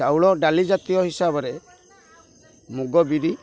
ଚାଉଳ ଡାଲି ଜାତୀୟ ହିସାବରେ ମୁଗ ବିରି